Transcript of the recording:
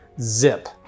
zip